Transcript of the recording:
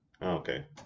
Okay